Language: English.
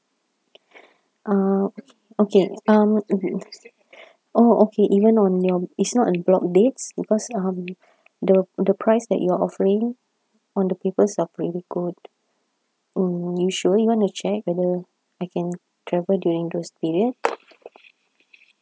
uh okay um mmhmm oh okay even on your is not a blocked dates because um the the price that you're offering on the papers are pretty good hmm you sure you want to check whether I can travel during those period